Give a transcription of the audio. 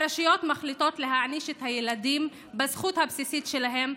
הרשויות מחליטות להעניש את הילדים בזכות הבסיסית שלהם: